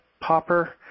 popper